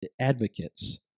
advocates